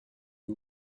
you